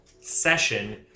session